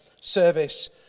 service